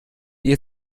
ihr